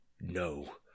No